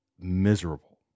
miserable